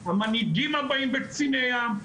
המנהיגים הבאים בקציני ים,